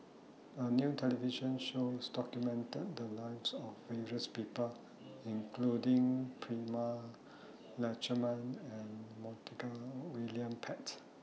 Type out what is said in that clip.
A New television shows documented The Lives of various People including Prema Letchumanan and Montague William Pett